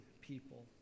people